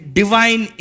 divine